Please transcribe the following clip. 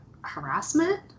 harassment